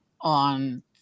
on